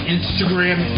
Instagram